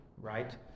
right